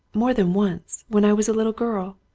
more than once, when i was a little girl.